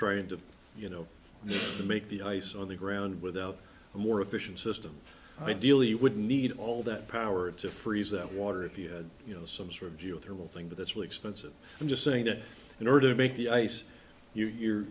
trying to you know to make the ice on the ground with a more efficient system ideally you would need all that power to freeze that water if you had you know some sort of geothermal thing but that's really expensive i'm just saying that in order to make the ice